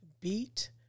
beat